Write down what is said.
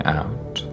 out